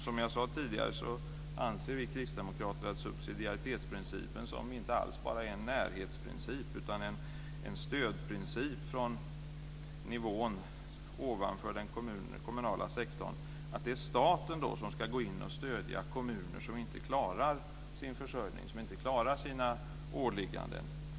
Som jag sade tidigare anser vi kristdemokrater att det är subsidiaritetsprincipen, som inte alls bara är en närhetsprincip, utan en stödprincip från nivån ovanför den kommunala sektorn, som ska gälla. Det är staten som ska gå in och stödja kommuner som inte klarar sin försörjning, som inte klarar sina åligganden.